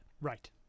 Right